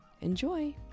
Enjoy